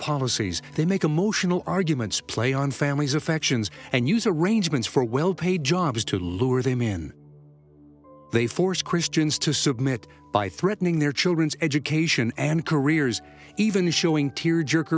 policies they make emotional arguments play on families affections and use arrangements for well paid jobs to lure them in they force christians to submit by threatening their children's education and careers even as showing tear jerk